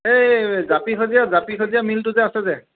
এই জাপিসজিয়া জাপিসজিয়া মিলটো যে আছে যে